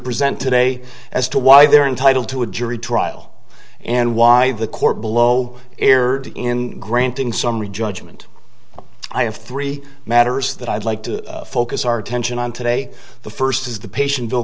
present today as to why they're entitled to a jury trial and why the court below erred in granting summary judgment i have three matters that i'd like to focus our attention on today the first is the patient bill